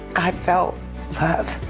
i felt love.